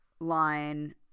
line